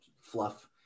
fluff